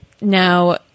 now